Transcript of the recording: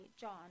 John